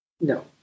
no